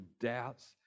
doubts